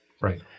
Right